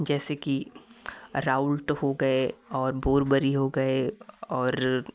जैसे कि राऊट हो गए और बोरबरी हो गए और